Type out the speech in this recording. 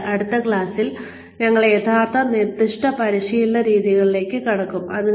കൂടാതെ അടുത്ത ക്ലാസിൽ ഞങ്ങൾ യഥാർത്ഥ നിർദ്ദിഷ്ട പരിശീലന രീതികളിലേക്ക് കടക്കും